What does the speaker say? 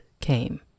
came